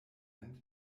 talent